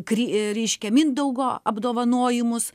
kri reiškia mindaugo apdovanojimus